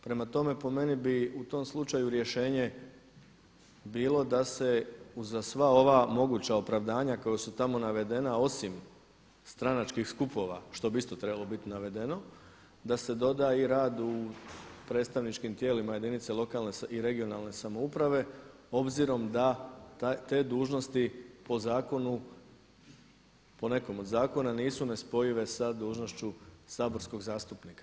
Prema tome, po meni bi u tom slučaju rješenje bilo da se uza sva ova moguća opravdanja koja su tamo navedena osim stranačkih skupova što bi isto trebalo biti navedeno da se doda i rad u predstavničkim tijelima jedinica lokalne i regionalne samouprave obzirom da te dužnosti po nekom od zakona nisu nespojive sa dužnošću saborskog zastupnika.